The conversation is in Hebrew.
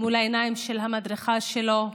מול העיניים של המדריכה שלו,